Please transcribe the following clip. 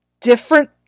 different